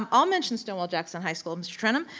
um i'll mention stonewall jackson high school mr. trenum.